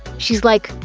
she's like,